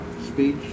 speech